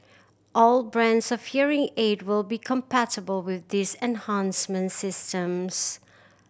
all brands of hearing aid will be compatible with these enhancement systems